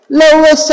lower